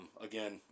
again